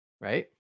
right